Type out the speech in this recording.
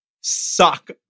suck